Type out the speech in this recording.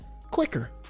quicker